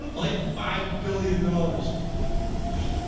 but like five billion dollars yeah